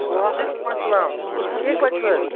وعلیکم اسلام ٹھیٖکھ پٲٹھۍ چھِو حظ